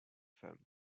femmes